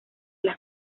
las